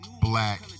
black